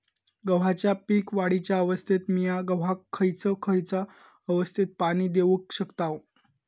गव्हाच्या पीक वाढीच्या अवस्थेत मिया गव्हाक खैयचा खैयचा अवस्थेत पाणी देउक शकताव?